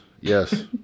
Yes